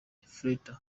freter